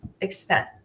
extent